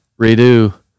redo